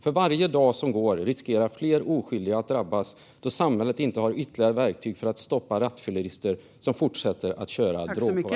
För varje dag som går riskerar fler oskyldiga att drabbas då samhället inte har ytterligare verktyg för att stoppa rattfyllerister som fortsätter att köra drogpåverkade.